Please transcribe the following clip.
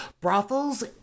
brothels